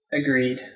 Agreed